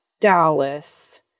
Dallas